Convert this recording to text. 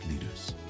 leaders